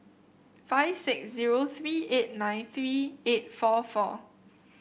five six zero three eight nine three eight four four